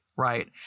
right